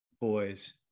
boys